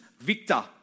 victor